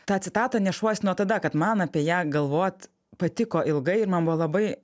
tą citatą nešuos nuo tada kad man apie ją galvot patiko ilgai ir man buvo labai